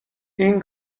این